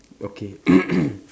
okay